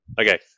Okay